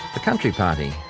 the country party,